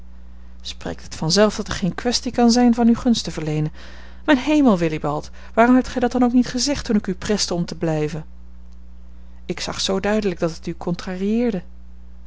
spreekt het vanzelf dat er geen kwestie kan zijn van u gunst te verleenen mijn hemel willibald waarom hebt gij dat dan ook niet gezegd toen ik u preste om te blijven ik zag zoo duidelijk dat het u